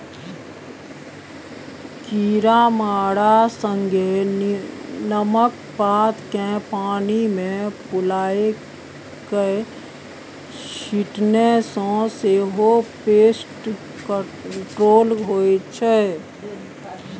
कीरामारा संगे नीमक पात केँ पानि मे फुलाए कए छीटने सँ सेहो पेस्ट कंट्रोल होइ छै